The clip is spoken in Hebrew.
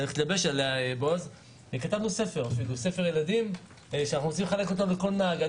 אנחנו יזמנו וכתבנו ספר ילדים שאותו אנחנו רוצים לחלק לכל נהג.